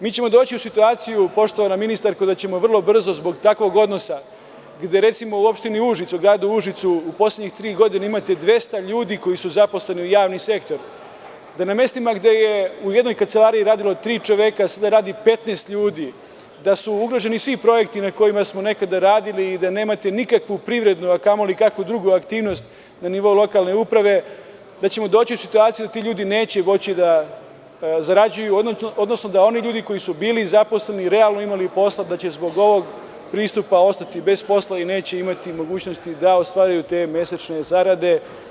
Mi ćemo doći u situaciju, poštovana ministarko, da ćemo vrlo brzo zbog takvog odnosa, gde recimo u opštini Užice, u gradu Užice, u poslednjih tri godine imate 200 ljudi koji su zaposleni u javnom sektoru, da na mestima gde je u jednoj kancelariji radilo tri čoveka sada radi 15 ljudi, da su ugroženi svi projekti na kojima smo nekada radili i da nemate nikakvu privrednu, a kamoli kakvu drugu aktivnost na nivou lokalne uprave, da ćemo doći u situaciju da ti ljudi neće moći da zarađuju, odnosno da oni ljudi koji su bili zaposleni, realno imali posla, da će zbog ovoga pristupa ostati bez posla i neće imati mogućnosti da ostvaruju te mesečne zarade.